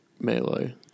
melee